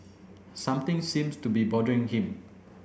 something seems to be bothering him